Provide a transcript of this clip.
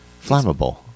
flammable